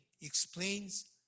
Explains